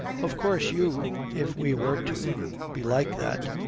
of course you if we were to be like that,